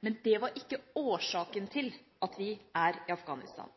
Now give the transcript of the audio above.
men det er ikke årsaken til at vi er i Afghanistan.